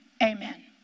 Amen